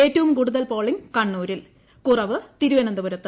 ഏറ്റവും കൂടുതൽ പോളിംഗ് കണ്ണൂരിൽ കുറവ് തിരുവനന്തപുരത്ത്